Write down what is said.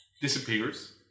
disappears